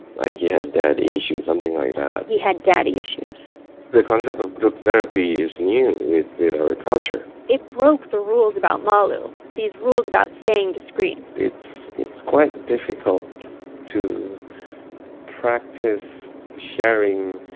like you have dad issues, something like that he had daddy issues the concept of group therapy is new with our culture it broke the rules about malu these rules about staying discreet it's it's quite difficult to practice sharing,